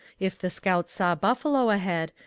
if the scouts saw buffalo ahead,